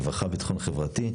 רווחה ביטחון חברתי,